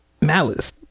Malice